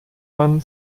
man